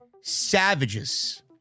savages